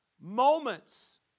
moments